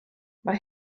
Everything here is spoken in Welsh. mae